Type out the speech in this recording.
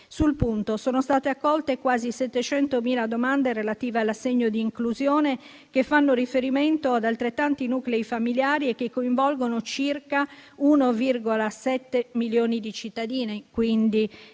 Sul punto sono state accolte quasi 700.000 domande relative all'assegno di inclusione che fanno riferimento ad altrettanti nuclei familiari e che coinvolgono circa 1,7 milioni di cittadini: